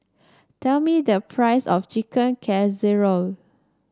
tell me the price of Chicken Casserole